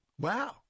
Wow